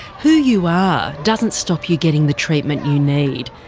who you are doesn't stop you getting the treatment you need.